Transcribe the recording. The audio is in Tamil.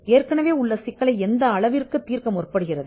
ஏற்கனவே இருக்கும் பிரச்சினையை எந்த அளவிற்கு தீர்க்க முற்படுகிறது